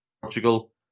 portugal